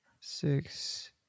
six